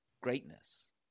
greatness